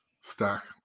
stack